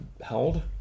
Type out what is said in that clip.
held